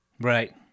Right